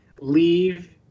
leave